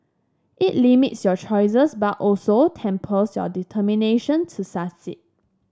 it limits your choices but also tempers your determination to succeed